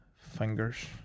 Fingers